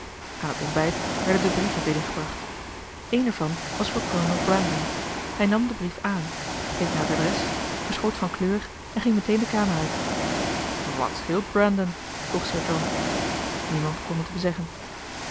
aan het ontbijt werden de brieven binnengebracht een ervan was voor kolonel brandon hij nam den brief aan keek naar het adres verschoot van kleur en ging meteen de kamer uit wat scheelt brandon vroeg sir john niemand kon het hem zeggen